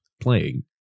playing